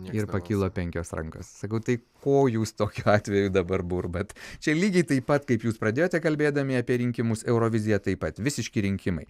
ir pakilo penkios rankos sakau tai ko jūs tokiu atveju dabar burbat čia lygiai taip pat kaip jūs pradėjote kalbėdami apie rinkimus eurovizija taip pat visiški rinkimai